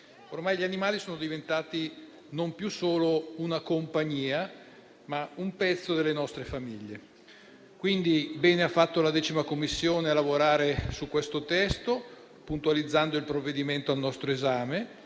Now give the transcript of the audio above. ormai gli animali sono diventati non più solo una compagnia, ma un pezzo delle nostre famiglie. Bene ha fatto quindi la 10ª Commissione a lavorare su questo testo, puntualizzando il provvedimento al nostro esame,